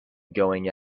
going